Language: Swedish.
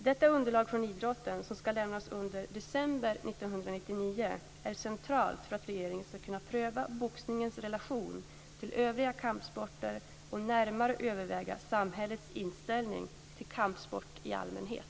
Detta underlag från idrotten som ska lämnas under december 1999 är centralt för att regeringen ska kunna pröva boxningens relation till övriga kampsporter och närmare överväga samhällets inställning till kampsport i allmänhet.